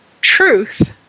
truth